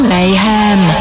Mayhem